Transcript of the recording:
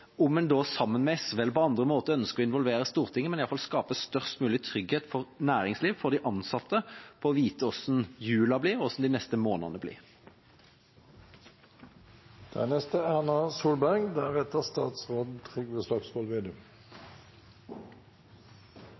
om en da sammen med SV, eller på andre måter, ønsker å involvere Stortinget, men iallfall skape størst mulig trygghet for næringslivet, og for de ansatte, for at de kan vite hvordan julen blir, og hvordan de neste månedene blir.